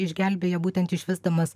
išgelbėja būtent išvesdamas